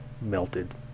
melted